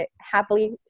happily